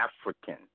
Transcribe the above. African